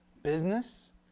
business